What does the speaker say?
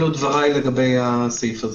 אלה דבריי בנוגע לזה.